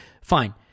fine